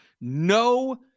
No